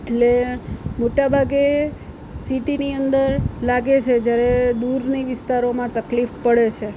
એટલે મોટા ભાગે સીટીની અંદર લાગે છે જ્યારે દૂરની વિસ્તારોમાં તકલીફ પડે છે